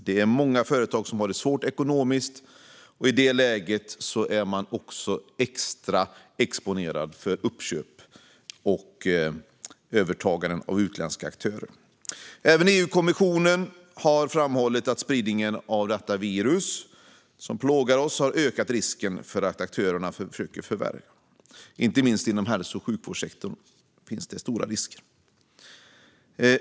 Det är många företag som har det svårt ekonomiskt, och i det läget är man extra exponerad för uppköp och övertaganden av utländska aktörer. Även EU-kommissionen har framhållit att spridningen av detta virus som plågar oss har ökat risken för att aktörer försöker förvärva. Inte minst inom hälso och sjukvårdssektorn finns det stora risker.